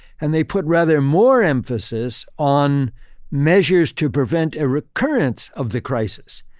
and they put rather more emphasis on measures to prevent a recurrence of the crisis.